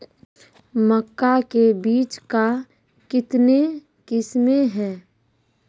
मक्का के बीज का कितने किसमें हैं?